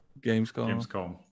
Gamescom